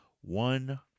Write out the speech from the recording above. one